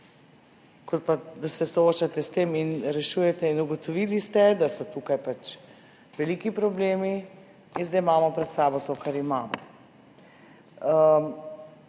potem? Da se soočate s tem in to rešujete. Ugotovili ste, da so tukaj veliki problemi in zdaj imamo pred sabo to, kar imamo.